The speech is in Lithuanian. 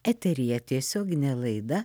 eteryje tiesioginė laida